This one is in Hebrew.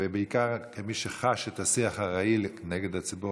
ובעיקר כמי שחש את השיח הרעיל כנגד הציבור